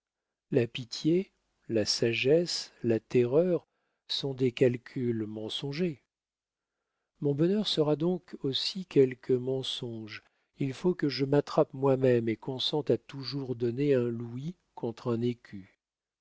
la pitié la sagesse la terreur sont des calculs mensongers mon bonheur sera donc aussi quelque mensonge il faut que je m'attrape moi-même et consente à toujours donner un louis contre un écu